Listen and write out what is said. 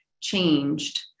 changed